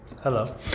Hello